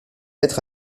être